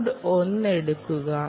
node 1 എടുക്കുക